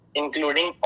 including